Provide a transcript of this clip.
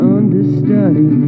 Understudy